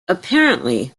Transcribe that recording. apparently